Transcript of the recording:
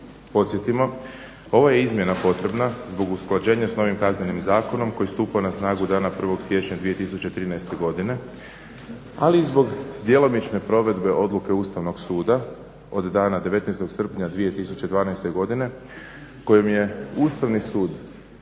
Podsjetimo ova izmjena je potrebna zbog usklađenja sa novim Kaznenim zakonom koji stupa na snagu dana 1. siječnja 2013. godine, ali i zbog djelomične provedbe odluke Ustavnog suda od dana 19. srpnja 2012. godine kojim je Ustavni sud